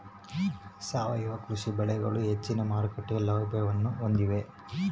ಸಾವಯವ ಕೃಷಿ ಬೆಳೆಗಳು ಹೆಚ್ಚಿನ ಮಾರುಕಟ್ಟೆ ಮೌಲ್ಯವನ್ನ ಹೊಂದಿವೆ